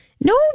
No